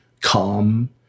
calm